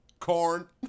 Corn